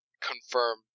confirm